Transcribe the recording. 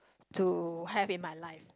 to have in my life